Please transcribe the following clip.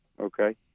okay